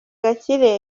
gakire